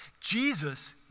Jesus